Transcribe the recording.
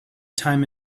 time